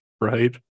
Right